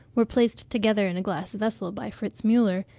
were placed together in a glass vessel by fritz muller,